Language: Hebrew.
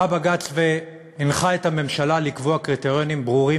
בא בג"ץ והנחה את הממשלה לקבוע קריטריונים ברורים,